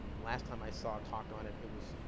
last time i saw a talk on it, it was,